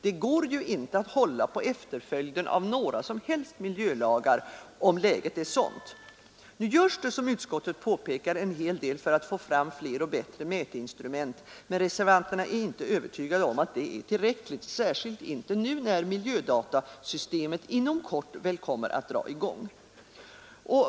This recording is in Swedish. Det går ju inte att hålla på efterföljden av några som helst miljölagar, om läget är sådant. Nu görs det som utskottet påpekar en hel del för att få fram fler och bättre mätinstrument, men reservanterna är inte övertygade om att det är tillräckligt, särskilt inte när miljödatasystemet inom kort väl kommer att dra i gång.